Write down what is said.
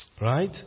Right